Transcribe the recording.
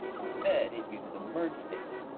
instead it uses a merge statement.